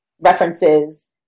references